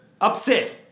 Upset